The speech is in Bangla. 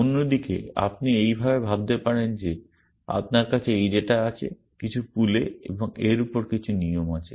অন্য দিকে আপনি এইভাবে ভাবতে পারেন যে আপনার কাছে এই ডেটা আছেকিছু পুলে এবং এর উপরে কিছু নিয়ম আছে